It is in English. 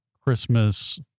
Christmas